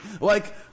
Like-